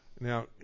Now